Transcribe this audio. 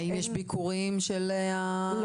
האם יש ביקורים של הנציבות?